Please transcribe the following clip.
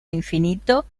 infinito